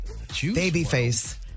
Babyface